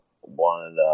one